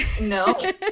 no